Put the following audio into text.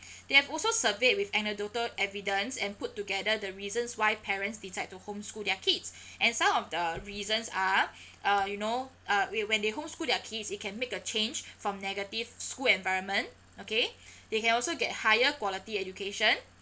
they have also surveyed with anecdotal evidence and put together the reasons why parents decide to home school their kids and some of the reasons are uh you know uh wh~ when they home school their kids they can make a change from negative school environment okay they can also get higher quality education